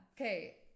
Okay